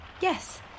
Yes